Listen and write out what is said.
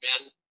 men